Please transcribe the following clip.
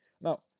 Now